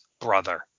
brother